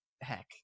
heck